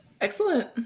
Excellent